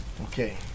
Okay